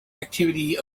actively